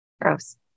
Gross